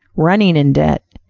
running in debt.